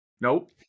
Nope